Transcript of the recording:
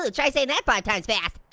ah try saying that five times fast.